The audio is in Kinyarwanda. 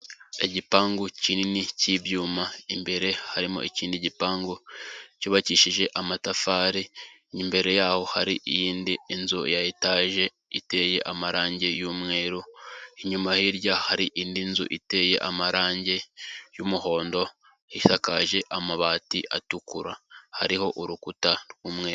Igipangu kinini cy'ibyuma, imbere harimo ikindi gipangu cyubakishije amatafari, imbere yaho hari iyindi nzu ya etaje iteye amarangi y'umweru, inyuma hirya hari indi nzu iteye amarangi y'umuhondo isakaje amabati atukura, hariho urukuta rw'umweru.